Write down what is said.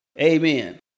Amen